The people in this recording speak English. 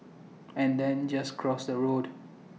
and then just cross the road